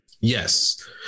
Yes